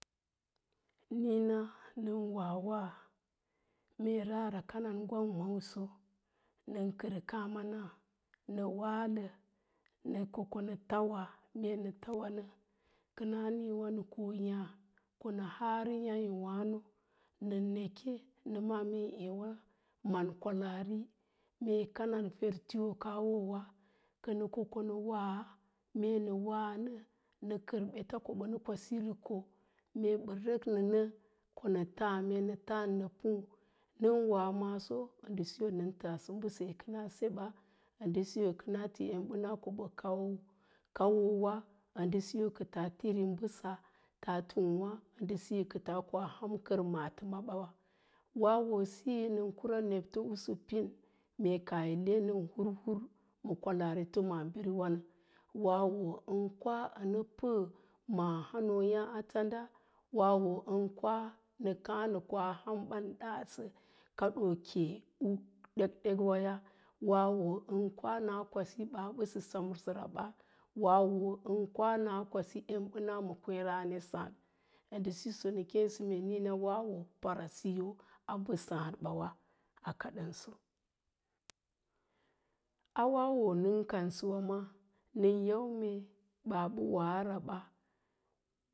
Niina nən wanwawa mee wraara kanan gwang maawaso, nən kər kááma na nə ko, konə walə nə ko konə tauwanə, kəna nííwà nə ko konə ko yáá nə haarə yááyó wáno nə neke, nə ma'á mee yi man kwalaari, mee kanan fer tuwo kaa wowa nə ko konə wa, mee ko nə wanə, kənə kər ɓetá ko ɓənə kwasi rə koo. Mee ɓə rik nə nə, ko nə táá, mee nə táán ko nə púú ən wa maaso ndə siyo nən taasə imbəse wa kənaa senba kona ti embəna ko bə kau kauwowa, ə ndə siyo kəta yiri mbəsa nkaa tung'wá ndə siyo kə koa ham maatəmabawa, wawo siyo nən kura nebton pin, mee kaah yi le hurtur ma kwalaari to maabiriwan, wawo ən kwa ənə pəə mqaa hánóóyá a tanɗa, wawo ən kwa nə koa ham ban ɗasə kaɗoo ke u ɗekɗek'waya, wawo ən kwa nə kwasi ɓaa ɓa dem səraɓa, wawo ən kwa na kwasi emɓəna ma kwééráá ne sááɗ, ə ndə siyo nə kéésa mee wawo para siyo a mbə sáád ɓawa nkaɗənso.